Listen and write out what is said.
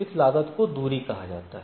इस लागत को दूरी कहा जाता है